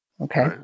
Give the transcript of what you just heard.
Okay